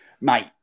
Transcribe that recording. mate